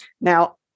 Now